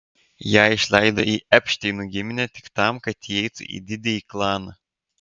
ją išleido į epšteinų giminę tik tam kad įeitų į didįjį klaną